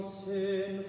sin